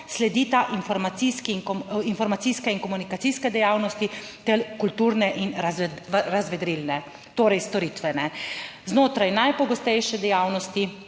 informacijske in komunikacijske dejavnosti ter kulturne in razvedrilne, torej storitve znotraj najpogostejše dejavnosti,